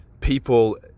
people